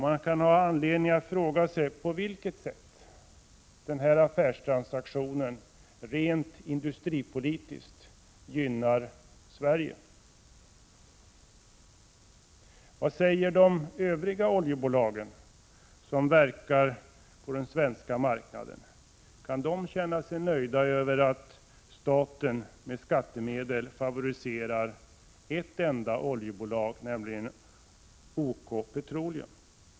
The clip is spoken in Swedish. Det finns anledning att fråga på vilket sätt den affärstransaktionen rent industripolitiskt gynnar Sverige. Vad säger de övriga oljebolag som verkar på den svenska marknaden? Kan de känna sig nöjda med att staten med skattemedel favoriserar ett enda oljebolag, nämligen OK Petroleum?